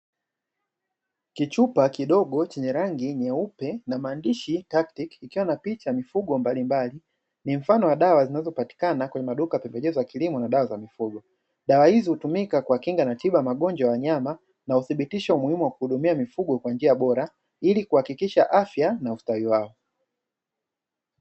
Kichupa kidogo chenye rangi nyeupe na maandishi "tactic" ikiwa na picha mifugo mbalimbali; ni mfano wa dawa zinazopatikana kwenye maduka ya pembejeo za kilimo na dawa za mifugo. Dawa hizo hutumika kuwakinga na hutibu magonjwa ya wanyama na uthibitisha umuhimu wa kuhudumia mifugo kwa njia bora ili kuhakikisha afya na ustawi wao.